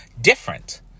different